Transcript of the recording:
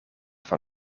van